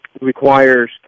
requires